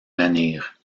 menhir